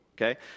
okay